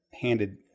handed